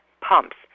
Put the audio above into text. pumps